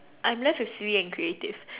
I'm left with silly and creative